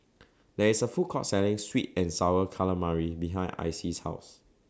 There IS A Food Court Selling Sweet and Sour Calamari behind Icey's House